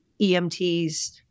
EMTs